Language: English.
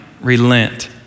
relent